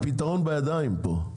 הפתרון בידיים פה,